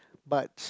but